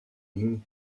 ligne